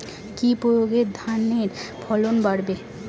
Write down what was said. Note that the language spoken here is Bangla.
কি প্রয়গে ধানের ফলন বাড়বে?